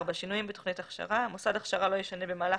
שינויים בתוכנית הכשרה מוסד הכשרה לא ישנה במהלך